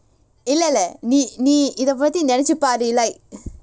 இல்ல இல்ல நீ நீ இத நெனச்சி பாரு:illa illa nee nee itha nenachi paaru like